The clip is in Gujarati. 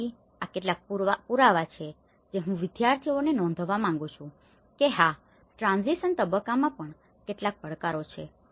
તેથી આ કેટલાક પુરાવા છે જે હું વિદ્યાર્થીઓને નોંધાવવા માંગું છું કે હા ટ્રાન્ઝીશન તબક્કામાં પણ કેટલાક પડકારો છે